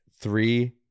Three